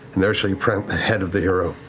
and there she put the head of the hero.